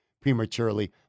prematurely